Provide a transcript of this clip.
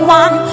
one